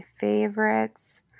favorites